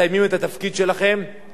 אם אתם רוצים להיכנס לפוליטיקה,